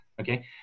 Okay